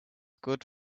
good